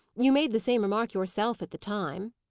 you made the same remark yourself, at the time.